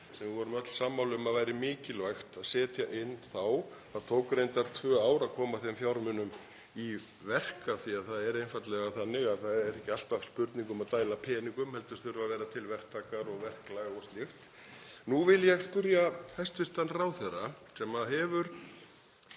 sem við vorum öll sammála um að væri mikilvægt að setja inn þá. Það tók reyndar tvö ár að koma þeim fjármunum í verk af því það er einfaldlega þannig að það er ekki alltaf spurning um að dæla út peningum heldur þurfa að vera til verktakar og verklag og slíkt. Hæstv. ráðherra fór